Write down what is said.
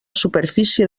superfície